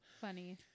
Funny